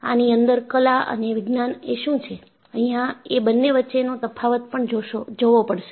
આની અંદર કલા અને વિજ્ઞાન એ શું છે અહિયાં એ બંને વચ્ચેનો તફાવત પણ જોવો પડશે